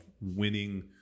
winning